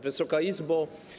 Wysoka Izbo!